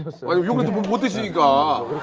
but so he'll go